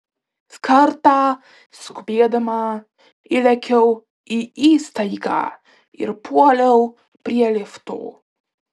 kartą skubėdama įlėkiau į įstaigą ir puoliau prie lifto